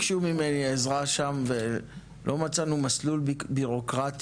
האמת שביקשו ממני עזרה שם ולא מצאנו מסלול בירוקרטי.